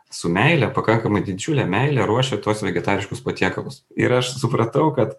su meile pakankamai didžiule meile ruošia tuos vegetariškus patiekalus ir aš supratau kad